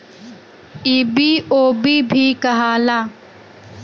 ई बी.ओ.बी भी कहाला